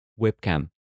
webcam